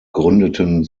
gründeten